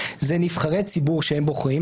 זה נבחרי ציבור שהם בוחרים,